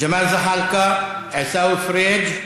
ג'מאל זחאלקה, עיסאווי פריג',